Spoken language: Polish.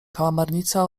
kałamarnica